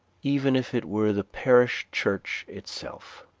even if it were the parish church itself.